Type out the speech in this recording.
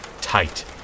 tight